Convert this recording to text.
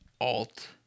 alt